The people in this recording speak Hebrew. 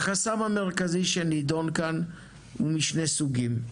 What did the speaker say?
החסם המרכזי שנידון כאן הוא משני סוגים: